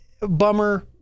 bummer